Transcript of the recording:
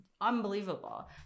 unbelievable